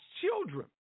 children